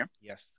Yes